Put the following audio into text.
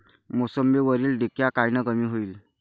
मोसंबीवरील डिक्या कायनं कमी होईल?